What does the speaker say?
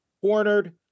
cornered